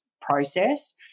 process